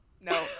no